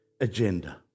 agenda